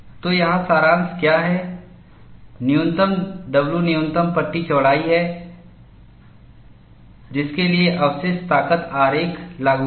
तो यहां सारांश क्या है W न्यूनतम न्यूनतम पट्टी चौड़ाई है जिसके लिए अवशिष्ट प्रतिबल आरेख लागू है